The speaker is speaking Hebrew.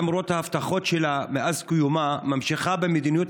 למרות ההבטחות שלה מאז ,קיומה ממשיכה במדיניות